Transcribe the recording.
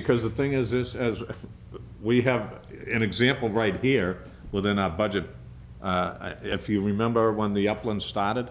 because the thing is this as we have an example right here within our budget if you remember when the uplands started